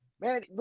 man